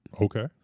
Okay